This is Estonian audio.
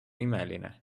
imeline